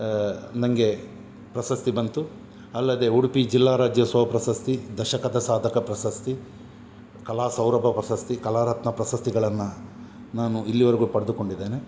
ನನ್ಗೆ ಪ್ರಶಸ್ತಿ ಬಂತು ಅಲ್ಲದೆ ಉಡುಪಿ ಜಿಲ್ಲಾ ರಾಜ್ಯೋತ್ಸವ ಪ್ರಶಸ್ತಿ ದಶಕದ ಸಾಧಕ ಪ್ರಶಸ್ತಿ ಕಲಾ ಸೌರಭ ಪ್ರಶಸ್ತಿ ಕಲಾ ರತ್ನ ಪ್ರಶಸ್ತಿಗಳನ್ನು ನಾನು ಇಲ್ಲಿವರೆಗು ಪಡೆದುಕೊಂಡಿದ್ದೇನೆ